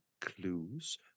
clues